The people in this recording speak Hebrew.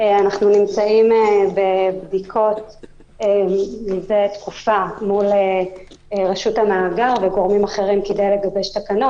נמצאים בבדיקות מזה תקופה מול רשות המאגר וגורמים אחרים כדי לגבש תקנות.